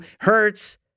Hurts